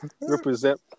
represent